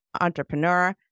entrepreneur